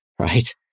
right